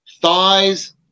Thighs